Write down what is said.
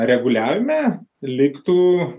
reguliavime liktų